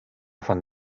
von